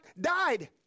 died